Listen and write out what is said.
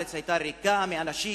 שהארץ היתה ריקה מאנשים,